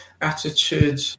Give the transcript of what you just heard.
attitude